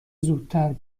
زودتر